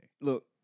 Look